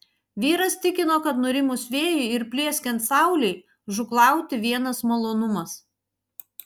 vyras tikino kad nurimus vėjui ir plieskiant saulei žūklauti vienas malonumas